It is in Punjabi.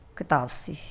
ਕਿਤਾਬ ਸੀ